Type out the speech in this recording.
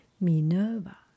Minerva